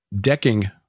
decking